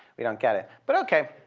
we don't get it. but ok.